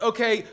Okay